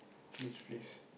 please please